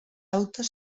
autos